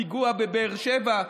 הפיגוע בבאר שבע.